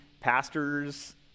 pastors